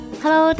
Hello